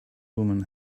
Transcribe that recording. woman